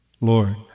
Lord